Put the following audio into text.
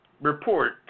report